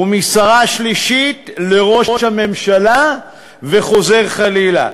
ומשרה שלישית לראש הממשלה וחוזר חלילה.